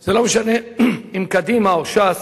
זה לא משנה אם קדימה או ש"ס.